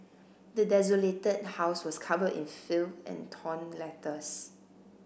the desolated house was covered in filth and torn letters